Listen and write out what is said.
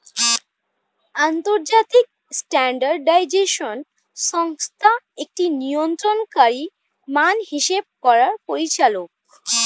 আন্তর্জাতিক স্ট্যান্ডার্ডাইজেশন সংস্থা একটি নিয়ন্ত্রণকারী মান হিসেব করার পরিচালক